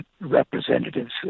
representatives